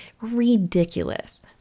ridiculous